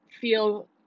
feel